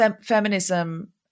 feminism